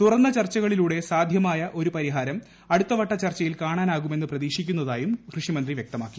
തുറന്ന ചർച്ചകളിലൂടെ സാധൃമായ ഒരു പരിഹാരം അടുത്ത വട്ട ചർച്ചയിൽ കാണാനാകുമെന്ന് പ്രതീക്ഷിക്കുന്നതായും കൃഷി മന്ത്രി വ്യക്തമാക്കി